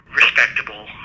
respectable